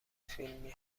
فیلمی